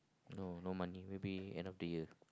no no money maybe end of the year